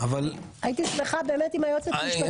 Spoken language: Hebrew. הייתי שמחה באמת אם היועצת המשפטית.